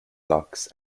locks